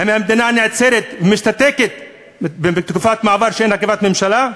האם המדינה נעצרת ומשתתקת בתקופת מעבר שאין הרכבת ממשלה?